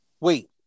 Wait